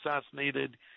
assassinated